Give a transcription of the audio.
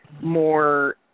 more